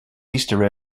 easter